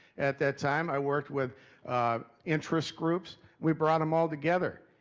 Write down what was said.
at that time, i worked with ah interest groups we brought em all together.